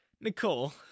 Nicole